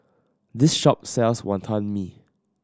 this shop sells Wantan Mee